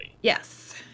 Yes